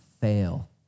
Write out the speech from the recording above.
fail